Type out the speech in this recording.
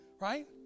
right